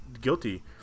guilty